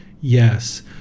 Yes